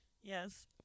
Yes